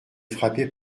frappés